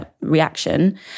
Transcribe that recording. reaction